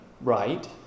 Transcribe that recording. Right